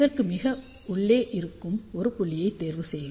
இதற்கு மிக உள்ளே இருக்கும் ஒரு புள்ளியைத் தேர்வுசெய்க